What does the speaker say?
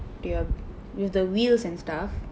with your with the wheels and stuff